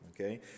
okay